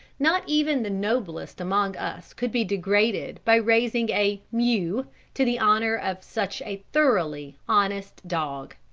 not even the noblest among us could be degraded by raising a mew to the honour of such a thoroughly honest dog.